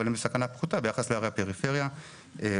אבל הם בסכנה פחותה ביחס לערי הפריפריה או